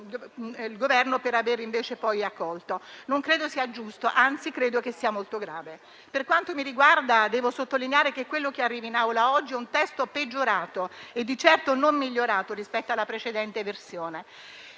il Governo per avere invece poi accolto la richiesta. Non credo sia giusto, anzi credo che sia molto grave. Per quanto mi riguarda devo sottolineare che quello che arriva in Aula oggi è un testo peggiorato e di certo non migliorato rispetto alla precedente versione.